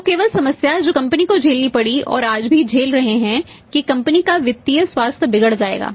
तो केवल समस्या जो कंपनी को झेलनी पड़ी और आज भी झेल रहे हैंकी कंपनी का वित्तीय स्वास्थ्य बिगड़ जाएगा